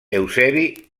eusebi